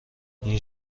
این